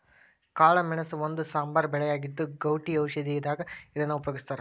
ಕಾಳಮೆಣಸ ಒಂದು ಸಾಂಬಾರ ಬೆಳೆಯಾಗಿದ್ದು, ಗೌಟಿ ಔಷಧದಾಗ ಇದನ್ನ ಉಪಯೋಗಸ್ತಾರ